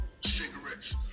cigarettes